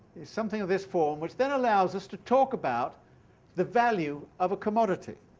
is something of this form, which then allows us to talk about the value of a commodity.